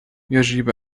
يجب